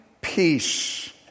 peace